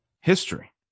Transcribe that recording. history